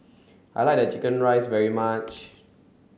I like chicken rice very much